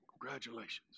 Congratulations